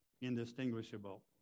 indistinguishable